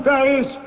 Paris